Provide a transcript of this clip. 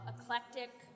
eclectic